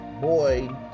boy